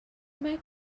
mae